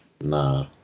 Nah